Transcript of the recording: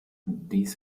dies